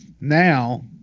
now